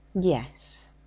Yes